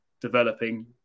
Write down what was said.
developing